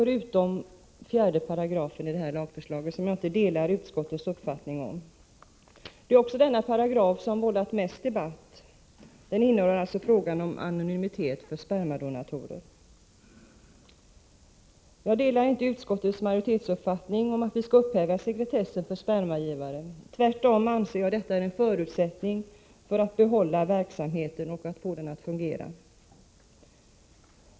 Det gäller dock inte 4 §, som jag inte delar utskottets uppfattning om. Det är också denna paragraf som vållat mest debatt. Den innehåller frågan om anonymitet för spermadonatorer. Jag delar inte utskottets majoritetsuppfattning om att vi skall upphäva sekretessen för spermagivare. Tvärtom anser jag att denna är en förutsättning för att vi skall kunna behålla verksamheten och få den att fungera.